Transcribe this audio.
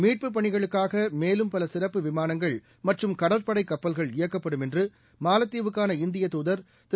மீட்புப்பணிகளுக்காகமேலும் பலசிறப்பு விமானங்கள் மற்றம் கடற்படைகப்பல்கள் இயக்கப்படும் என்றுமாலத்தீவுக்கான இந்தியத் தூதர் திரு